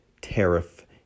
tariff